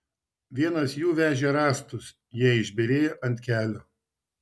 vienas jų vežė rąstus jie išbyrėjo ant kelio